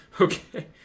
Okay